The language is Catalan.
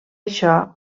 això